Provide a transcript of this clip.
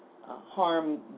harm